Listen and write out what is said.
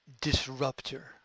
disruptor